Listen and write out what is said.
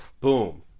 boom